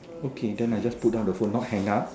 okay then I just put down the phone not hang up